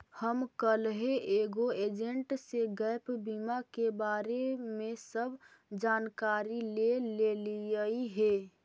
हम कलहे एगो एजेंट से गैप बीमा के बारे में सब जानकारी ले लेलीअई हे